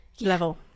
level